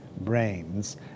brains